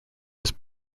was